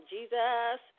Jesus